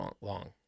long